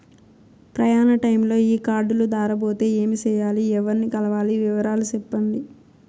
ప్రయాణ టైములో ఈ కార్డులు దారబోతే ఏమి సెయ్యాలి? ఎవర్ని కలవాలి? వివరాలు సెప్పండి?